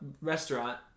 restaurant